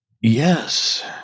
Yes